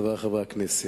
חברי חברי הכנסת,